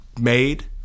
made